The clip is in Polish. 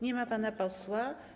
Nie ma pana posła?